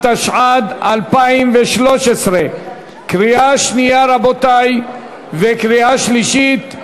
התשע"ד 2013, לקריאה שנייה, רבותי, וקריאה שלישית.